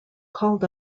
called